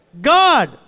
God